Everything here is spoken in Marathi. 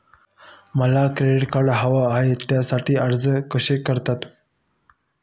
मला क्रेडिट कार्ड हवे आहे त्यासाठी अर्ज कसा करतात?